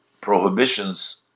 prohibitions